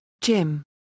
Jim